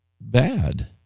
bad